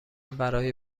برای